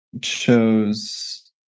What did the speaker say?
chose